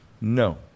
No